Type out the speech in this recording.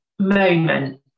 moment